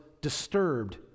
disturbed